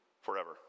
forever